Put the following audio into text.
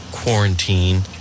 quarantine